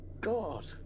God